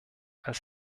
als